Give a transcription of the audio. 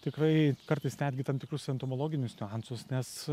tikrai kartais netgi tam tikrus entomologinius niuansus nes